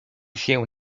się